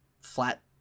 flat